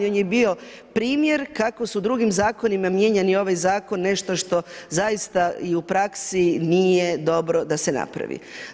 I on je bio primjer kako su u drugim zakonima mijenjani ovaj zakon, nešto što zaista i u praksi nije dobro da se napravi.